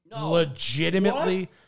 legitimately